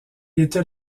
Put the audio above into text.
était